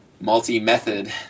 multi-method